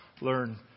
learn